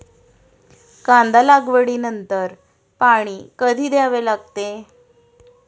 कांदा लागवडी नंतर पाणी कधी द्यावे लागते?